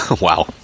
Wow